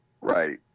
Right